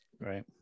Right